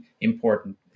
important